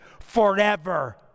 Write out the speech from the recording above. forever